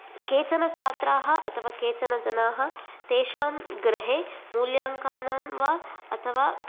केचन छात्राः अथवा केचन जनाः तेषां गृहे मूल्याङ्कानां वा अथवा